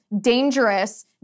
dangerous